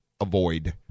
avoid